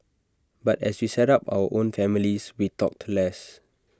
but as we set up our own families we talked less